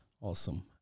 Awesome